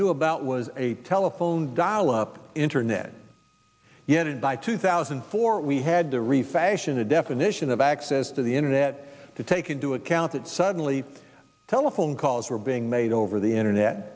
knew about was a telephone dial up internet yet and by two thousand and four we had to refashion a definition of access to the internet to take into account that suddenly telephone calls were being made over the internet